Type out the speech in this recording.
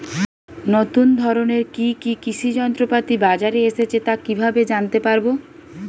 নতুন ধরনের কি কি কৃষি যন্ত্রপাতি বাজারে এসেছে তা কিভাবে জানতেপারব?